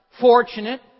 fortunate